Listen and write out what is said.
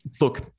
look